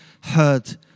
heard